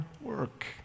work